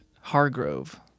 Hargrove